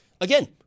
Again